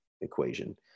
equation